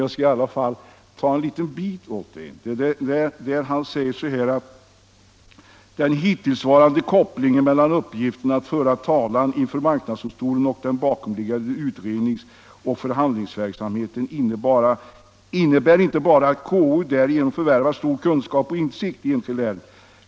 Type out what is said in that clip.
Jag skall citera ett par meningar: ”Den hittillsvarande kopplingen mellan uppgiften att föra talan inför marknadsdomstolen och den bakomliggande utrednings och förhandlingsverksamheten innebär inte bara att KO därigenom förvärvar stor kunskap och insikt i de enskilda ärendena.